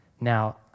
Now